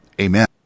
Amen